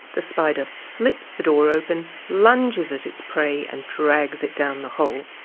the spider flips the door open, lunges at its prey and drags it down the hole.